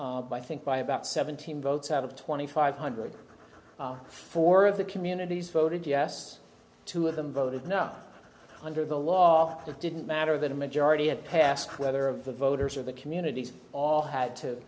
by i think by about seventeen votes out of twenty five hundred four of the communities voted yes two of them voted no under the law it didn't matter that a majority had passed whether of the voters or the communities all had to